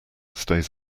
stays